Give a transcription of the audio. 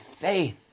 faith